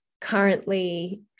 currently